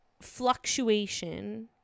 fluctuation